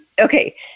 Okay